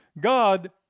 God